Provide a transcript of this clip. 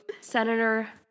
Senator